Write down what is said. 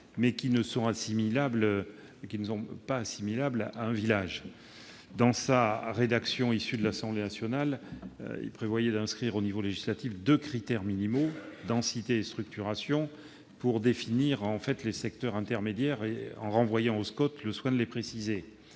mais qui ne sont pas assimilables à un village. Dans la rédaction issue des travaux de l'Assemblée nationale, cet article prévoyait d'inscrire au niveau législatif deux critères minimaux- densité et structuration -pour définir les secteurs intermédiaires, et de renvoyer au SCOT le soin de préciser